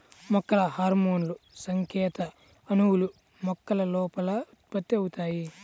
మొక్కల హార్మోన్లుసంకేత అణువులు, మొక్కల లోపల ఉత్పత్తి అవుతాయి